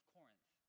Corinth